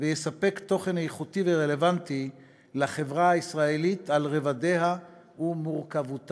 ויספק תוכן איכותי ורלוונטי לחברה הישראלית על רבדיה ומורכבותה.